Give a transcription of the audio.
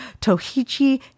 Tohichi